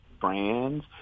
brands